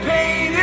Pain